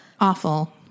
Awful